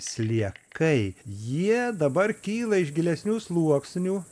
sliekai jie dabar kyla iš gilesnių sluoksnių